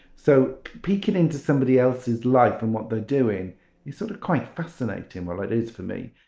so peeking into somebody else's life and what they're doing is sort of quite fascinating. well, it is for me.